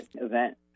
event